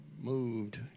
moved